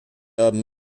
haben